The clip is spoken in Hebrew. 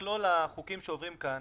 למכלול החוקים שעוברים כאן